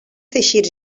teixits